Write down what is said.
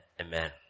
amen